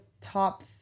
top